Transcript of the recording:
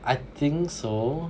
I think so